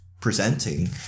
presenting